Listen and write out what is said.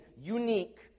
unique